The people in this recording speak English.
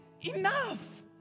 Enough